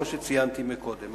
כמו שציינתי קודם.